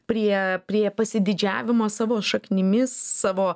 prie prie pasididžiavimo savo šaknimis savo